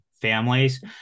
families